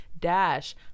dash